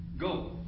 Go